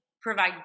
provide